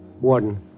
Warden